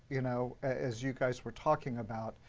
you know as you guys were talking about,